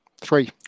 Three